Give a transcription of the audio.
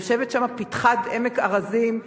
יושבת שם פתחת עמק-הארזים,